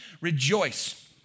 Rejoice